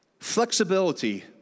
flexibility